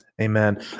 Amen